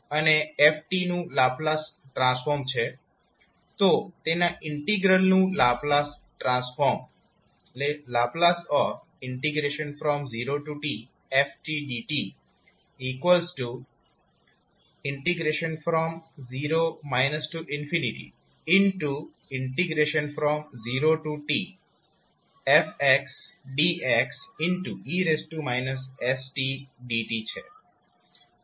હવે F એ f નું લાપ્લાસ ટ્રાન્સફોર્મ છે તો તેના ઈન્ટીગ્રલનું Laplace transform ℒ 0tfdt0 0tfdxe stdt છે